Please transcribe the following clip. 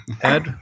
ed